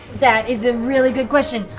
that is a really good question.